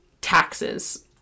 taxes